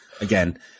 again